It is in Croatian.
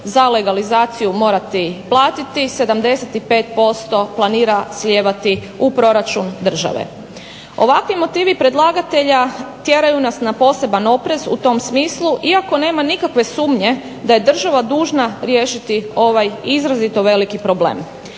za legalizaciju morati platiti 75% planira slijevati u proračun države. Ovakvi motivi predlagatelja tjeraju nas na poseban oprez u tom smislu iako nema nikakve sumnje da je država dužna riješiti ovaj izrazito veliki problem.